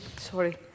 Sorry